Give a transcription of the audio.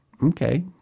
Okay